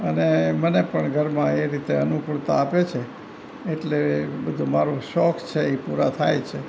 અને મને પણ ઘરમાં એ રીતે અનુકૂળતા આપે છે એટલે બધો મારો શોખ છે એ પૂરા થાય છે